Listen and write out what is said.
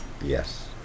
Yes